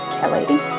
Kelly